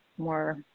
more